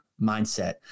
mindset